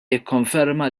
jikkonferma